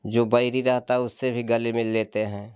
जो बैरी रहता उससे भी गले मिल लेते हैं